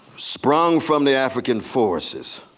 sprung from the african forests,